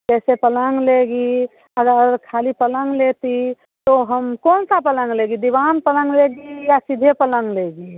जैसे पलंग लेगी और खाली पलंग लेती तो हम कोन सा पलंग लेगी दीवान पलंग लेगी या सीधे पलंग लेगी